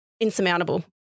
insurmountable